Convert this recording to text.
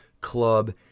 club